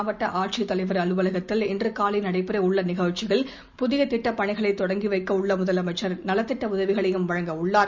மாவட்ட ஆட்சித் தலைவர் அலுவலகத்தில் இன்று காலை நடைபெறவுள்ள நிகழ்ச்சியில் புதிய திட்டப்பணிகளை தொடங்கி வைக்கவுள்ள முதலமைச்சர் நலத்திட்ட உதவிகளையும் வழங்கவுள்ளார்